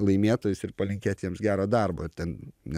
laimėtojus ir palinkėt jiems gero darbo ir ten net